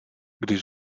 když